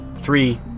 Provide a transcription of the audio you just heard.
three